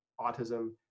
autism